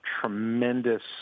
tremendous